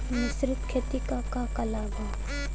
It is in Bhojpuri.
मिश्रित खेती क का लाभ ह?